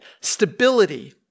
stability